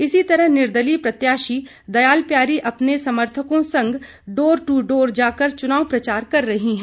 इसी तरह निर्दलीय प्रत्याशी दयाल प्यारी अपने समर्थकों संग डोर टू डोर जाकर चुनाव प्रचार कर रही हैं